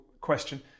question